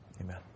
amen